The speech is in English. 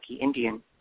Indian